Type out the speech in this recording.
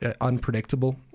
unpredictable